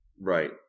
Right